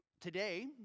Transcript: today